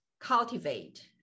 cultivate